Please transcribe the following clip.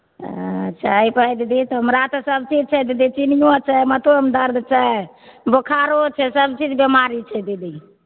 अंच्छा अयबै दीदी तऽ हमरा तऽ सब चीज छै दीदी चीनियों छै मथों मे दर्द छै बोखारो छै सब चीज बेमारी छै दीदी